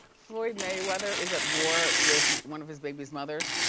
floyd mayweather is at war with one of his baby's mothers.